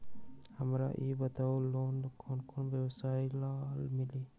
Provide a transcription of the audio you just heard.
हमरा ई बताऊ लोन कौन कौन व्यवसाय ला मिली?